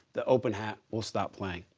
the open-hat will stop playing.